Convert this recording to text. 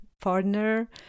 partner